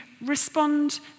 respond